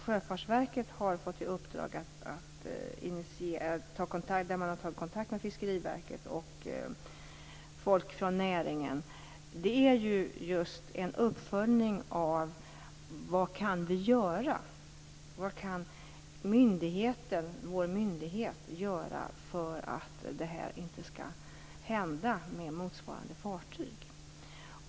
Sjöfartsverket har fått i uppdrag att ta kontakt med Fiskeriverket och folk från näringen. Det är en uppföljning för att se vad vår myndighet kan göra för att detta inte skall hända igen med motsvarande fartyg.